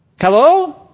Hello